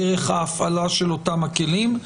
דרך ההפעלה של אותם הכלים,